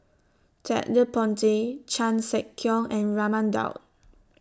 Ted De Ponti Chan Sek Keong and Raman Daud